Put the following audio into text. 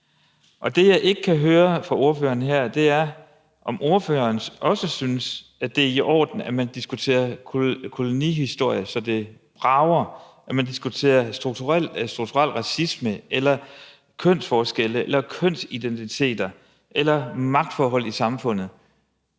Det, jeg ikke kan høre fra ordføreren her, er, om ordføreren også synes, at det er i orden, at man diskuterer kolonihistorie, så det brager; at man diskuterer strukturel racisme eller kønsforskelle eller kønsidentiteter eller magtforhold i samfundet.